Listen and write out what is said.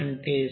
అంటేCvCp